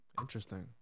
Interesting